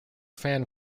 fan